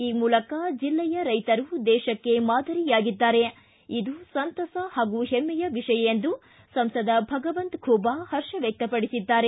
ಈ ಮೂಲಕ ಜಿಲ್ಲೆಯ ರೈತರು ದೇಶಕ್ಕೆ ಮಾದರಿಯಾಗಿದ್ದಾರೆ ಇದು ಸಂತಸ ಹಾಗೂ ಹೆಮ್ಮೆಯ ವಿಷಯ ಎಂದು ಸಂಸದ ಭಗವಂತ ಖೂಬ ಹರ್ಷ ವ್ಯಕ್ತಪಡಿಸಿದ್ದಾರೆ